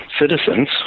citizens